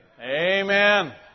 Amen